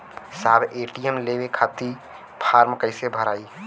साहब ए.टी.एम लेवे खतीं फॉर्म कइसे भराई?